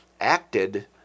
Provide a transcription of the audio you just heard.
acted